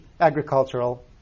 agricultural